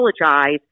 apologize